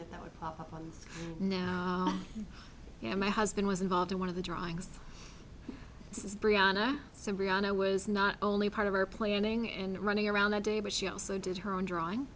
that that would pop up on yeah my husband was involved in one of the drawings says brianna so brianna was not only part of our planning and running around that day but she also did her own drawing